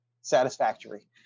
satisfactory